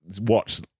watch